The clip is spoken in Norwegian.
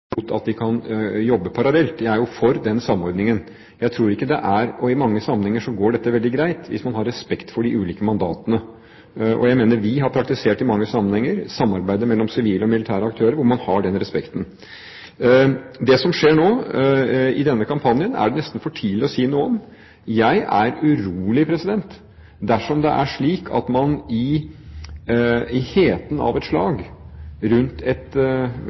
de kan jobbe parallelt. Jeg er jo for den samordningen, og i mange sammenhenger går dette veldig greit hvis man har respekt for de ulike mandatene. Jeg mener at vi i mange sammenhenger har praktisert samarbeid mellom sivile og militære aktører hvor man har den respekten. Det som skjer nå i denne kampanjen, er det nesten for tidlig å si noe om. Jeg er urolig dersom det er slik at man i heten av et slag rundt et